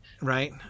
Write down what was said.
right